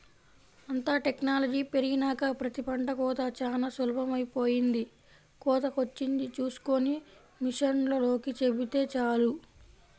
అంతా టెక్నాలజీ పెరిగినాక ప్రతి పంట కోతా చానా సులభమైపొయ్యింది, కోతకొచ్చింది చూస్కొని మిషనోల్లకి చెబితే చాలు